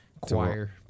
Choir